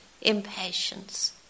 impatience